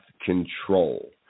control